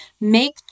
make